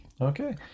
Okay